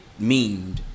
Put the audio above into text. memed